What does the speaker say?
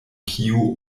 kiu